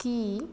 ਕੀ